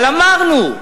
אבל אמרנו,